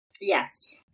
Yes